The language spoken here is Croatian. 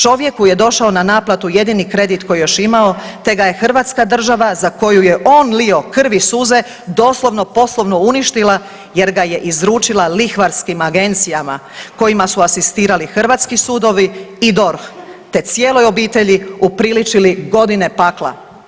Čovjeku je došao na naplatu jedini kredit koji je još imao te ga je Hrvatska država za koju je on lio krv i suze doslovno poslovno uništila jer ga je izručila lihvarskim agencijama kojima su asistirali hrvatski sudovi i DORH te cijeloj obitelji upriličili godine pakla.